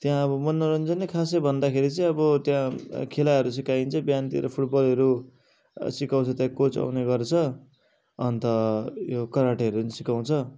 त्यहाँ अब मनोरञ्जन नै खास भन्दाखेरि चाहिँ अब त्यहाँ खेलाहरू सिकाइन्छ बिहानतिर फुटबलहरू सिकाउँछ त्यहाँ कोच आउने गर्छ अन्त यो कराटेहरू पनि सिकाउँछ